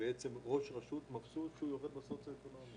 שרשות מבסוטית על כך שהיא יורדת בסוציואקונומי.